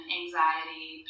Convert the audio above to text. anxiety